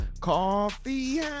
Coffee